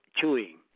chewing